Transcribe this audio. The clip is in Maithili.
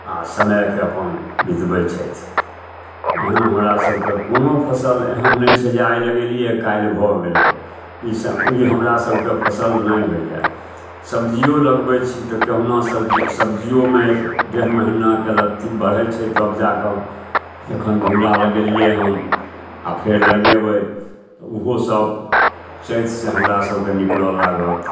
आओर समयके अपन बितबै छथि एहन हमरासभके कोनो फसिल एहन नहि छै जे आइ लगेलिए काल्हि भऽ गेलै ई समय हमरासभके फसिल नहि होइए सब्जिओ लगबै छी तऽ कहुना सब्जी सब्जिओमे एक डेढ़ महिनाके लत्ती बढ़ै छै तब जाकऽ एखन घिउरा लगेलिए हन आओर फेर लगेबै तऽ ओहो सब चैत से हमरासभके निकलऽ लागत